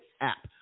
app